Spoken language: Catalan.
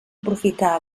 aprofitar